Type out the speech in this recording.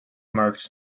marked